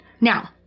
Now